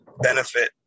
benefit